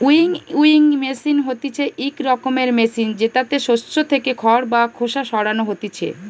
winnowing machine হতিছে ইক রকমের মেশিন জেতাতে শস্য থেকে খড় বা খোসা সরানো হতিছে